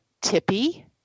tippy